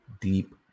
deep